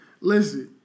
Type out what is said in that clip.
listen